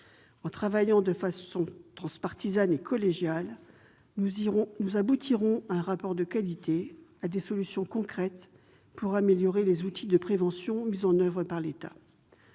En travaillant de façon transpartisane et collégiale, nous aboutirons à un rapport de qualité et à des solutions concrètes pour améliorer les outils de prévention mis en oeuvre par l'État.